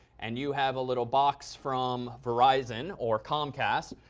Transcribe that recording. and you have a little box from verizon or comcast.